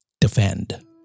defend